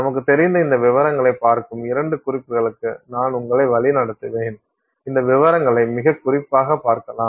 நமக்கு தெரிந்த இந்த விவரங்களைப் பார்க்கும் இரண்டு குறிப்புகளுக்கு நான் உங்களை வழிநடத்துவேன் இந்த விவரங்களை மிகக் குறிப்பாக பார்க்கலாம்